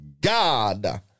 God